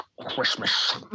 Christmas